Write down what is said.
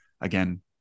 Again